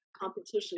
competition